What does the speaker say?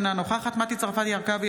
אינה נוכחת מטי צרפתי הרכבי,